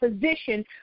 position